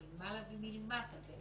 מלמעלה ומלמטה,